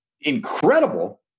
incredible